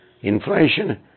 Inflation